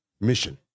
mission